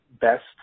best